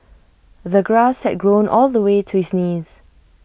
the grass had grown all the way to his knees